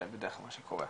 בדרך כלל זה מה שקורה,